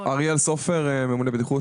אריאל סופר, ממונה בטיחות.